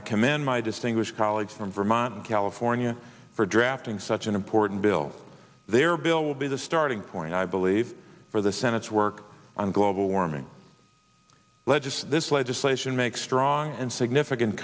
i commend my distinguished colleagues from vermont and california for drafting such an important bill their bill will be the starting point i believe for the senate's work on global warming legis this legislation make strong and significant